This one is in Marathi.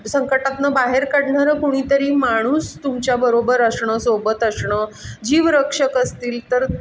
संकटातून बाहेर काढणारं कुणी तरी माणूस तुमच्याबरोबर असणं सोबत असणं जीव रक्षक असतील तर